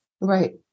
Right